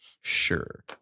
sure